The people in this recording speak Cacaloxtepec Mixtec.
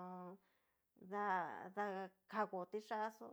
on. da da kango tiyá xó